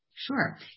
Sure